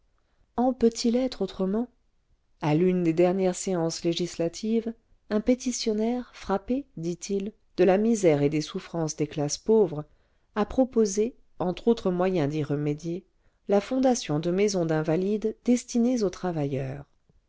en peut-il être autrement à l'une des dernières séances législatives un pétitionnaire frappé dit-il de la misère et des souffrances des classes pauvres a proposé entre autres moyens d'y remédier la fondation de maisons d'invalides destinées aux travailleurs